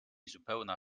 zupełna